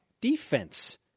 defense